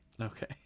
okay